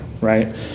Right